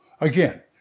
again